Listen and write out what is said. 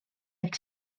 ehk